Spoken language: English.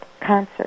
concert